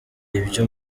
ibyo